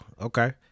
Okay